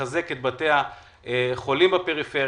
לחזק את בתי החולים בפריפריה,